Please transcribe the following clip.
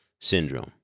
syndrome